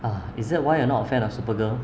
ah is that why you're not a fan of super girl